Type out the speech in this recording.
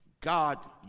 God